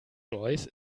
royce